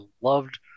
loved